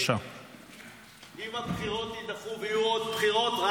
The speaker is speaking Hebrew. אם הבחירות יידחו ויהיו עוד בחירות,